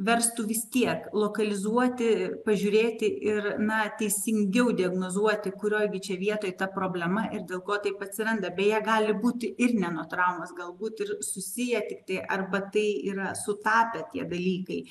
verstų vis tiek lokalizuoti pažiūrėti ir na teisingiau diagnozuoti kurioj gi čia vietoj ta problema ir dėl ko taip atsiranda beje gali būti ir ne nuo traumos galbūt ir susiję tiktai arba tai yra sutapę tie dalykai